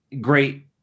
great